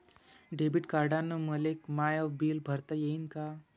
Debit कार्डानं मले माय बिल भरता येईन का?